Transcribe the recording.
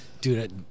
Dude